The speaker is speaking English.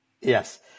Yes